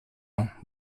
were